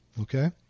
Okay